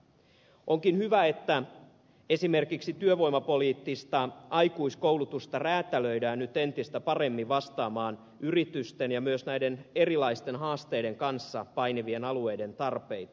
onkin hyvä että esimerkiksi työvoimapoliittista aikuiskoulutusta räätälöidään nyt entistä paremmin vastaamaan yritysten ja myös näiden erilaisten haasteiden kanssa painivien alueiden tarpeita